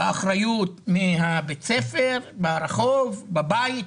באחריות מהבית הספר, מהרחוב, בבית.